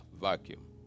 vacuum